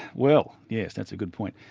well yes, that's a good point.